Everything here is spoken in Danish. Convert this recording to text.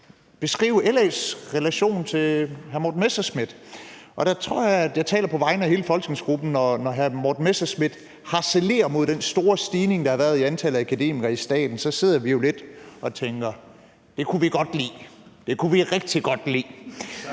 beskrive LA's relation til hr. Morten Messerschmidt, og jeg tror, at jeg taler på vegne af hele folketingsgruppen, når jeg siger, at når hr. Morten Messerschmidt harcelerer mod den store stigning, der har været i antallet af akademikere i staten, sidder vi jo lidt og tænker: »Det kunne vi godt lide, det kunne vi rigtig godt lide«.